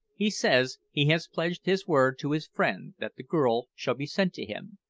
he says he has pledged his word to his friend that the girl shall be sent to him,